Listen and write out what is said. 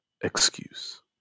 excuse